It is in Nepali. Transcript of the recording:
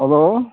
हेलो